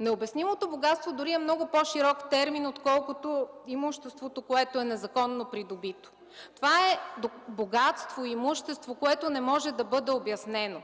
Необяснимото богатство дори е много по-широк термин, отколкото имуществото, което е незаконно придобито. Това е богатство, имущество, което не може да бъде обяснено.